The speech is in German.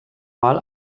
mal